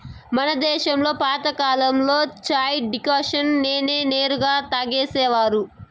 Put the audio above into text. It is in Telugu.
మన దేశంలో పాతకాలంలో చాయ్ డికాషన్ నే నేరుగా తాగేసేవారు